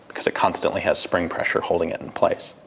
because it constantly has spring pressure holding it in place.